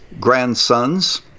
grandsons